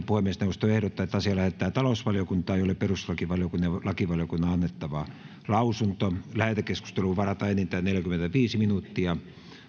puhemiesneuvosto ehdottaa että asia lähetetään talousvaliokuntaan jolle perustuslakivaliokunnan ja lakivaliokunnan on annettava lausunto lähetekeskusteluun varataan enintään neljäkymmentäviisi minuuttia